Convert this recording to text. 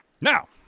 Now